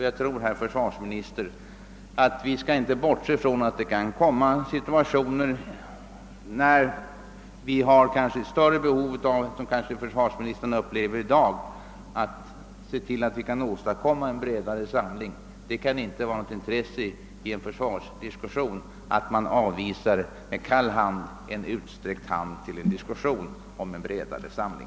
Jag tror, herr försvarsminister, att vi inte skall bortse ifrån att det kan uppstå situationer som gör att vi har större behov än försvarsministern anser att vi har i dag av att kunna åstadkomma en bredare samling. Det kan inte i en försvarsdiskussion finnas någon anledning att med kall hand avvisa en inbjudan till en diskussion om en bredare samling.